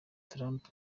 trump